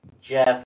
Jeff